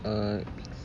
uh